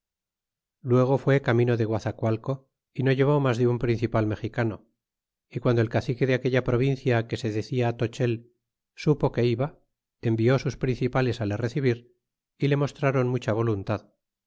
luego fué camino de guazacualco y no llevó mas de un principal mexicano y guando el cacique de aquella provincia que se decia tochel supo que iba envió sus principales á le recibir y le mostrron mucha voluntad